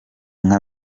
nka